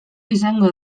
izango